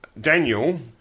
Daniel